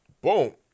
Boom